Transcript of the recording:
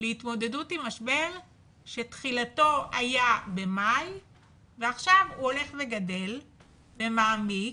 להתמודדות עם משבר שתחילתו הייתה במאי ועכשיו הוא הולך וגדל ומעמיק,